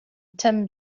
tim